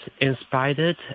inspired